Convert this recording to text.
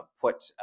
put